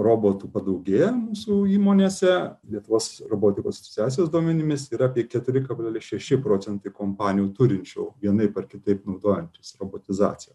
robotų padaugėja mūsų įmonėse lietuvos robotikos asociacijos duomenimis yra apie keturi kablelis šeši procentai kompanijų turinčių vienaip ar kitaip naudojantis robotizacija